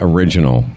Original